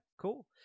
cool